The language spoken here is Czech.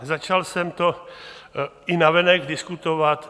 Začal jsem to i navenek diskutovat.